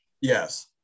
Yes